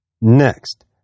Next